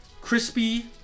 crispy